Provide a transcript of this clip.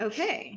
Okay